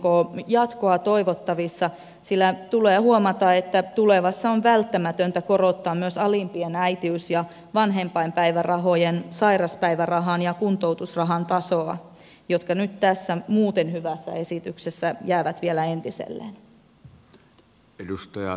onko jatkoa toivottavissa sillä tulee huomata että tulevassa on välttämätöntä korottaa myös alimpien äitiys ja vanhempainpäivärahojen sairaspäivärahan ja kuntoutusrahan tasoa jotka nyt tässä muuten hyvässä esityksessä jäävät vielä entiselleen